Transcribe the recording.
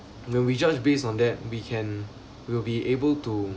when we judge based on that we can we will be able to